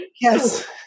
yes